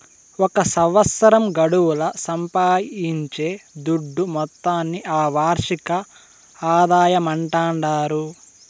ఒక సంవత్సరం గడువుల సంపాయించే దుడ్డు మొత్తాన్ని ఆ వార్షిక ఆదాయమంటాండారు